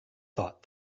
thought